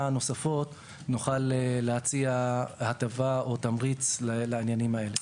הנוספות נוכל להציע הטבה או תמריץ לעניינים האלה.